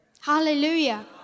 Hallelujah